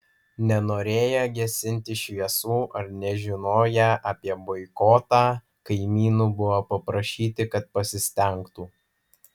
nenorėję gesinti šviesų ar nežinoję apie boikotą kaimynų buvo paprašyti kad pasistengtų